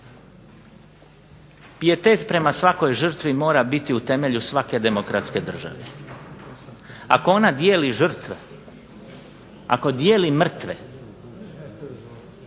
pijetet prema svakoj žrtvi mora biti u temelju svake demokratske države. Ako ona dijeli žrtve, ako dijeli mrtve